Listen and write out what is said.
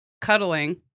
cuddling